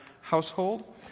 household